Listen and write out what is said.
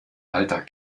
alter